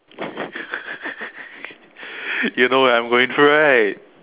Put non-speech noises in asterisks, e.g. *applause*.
*laughs* you know what I'm going through right